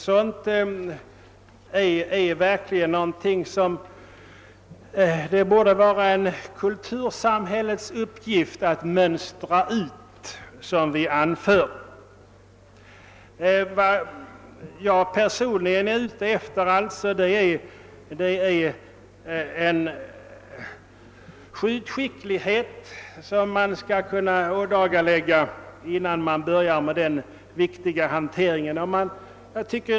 Sådan jakt borde vara »en kultursamhällets uppgift att mönstra ut», som vi uttrycker det i motionen. Vad jag personligen är ute efter är skjutskicklighet, som bör kunna ådagaläggas innan man börjar med den viktiga hanteringen.